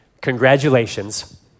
Congratulations